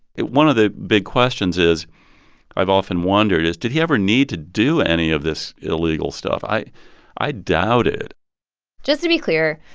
one of the big questions is i've often wondered is, did he ever need to do any of this illegal stuff? i i doubt it just to be clear,